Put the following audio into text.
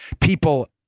people